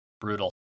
Brutal